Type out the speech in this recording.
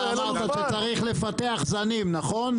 אתה אמרת שצריך לפתח זנים, נכון?